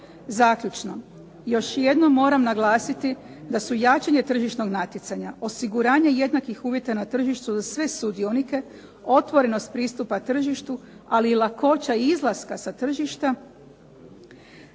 Zaključno. Još jednom moram naglasiti da su jačanje tržišnog natjecanja osiguranje jednakih uvjeta na tržištu za sve sudionike, otvorenost pristupa tržištu, ali i lakoća izlaska sa tržišta,